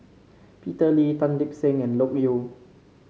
Peter Lee Tan Lip Seng and Loke Yew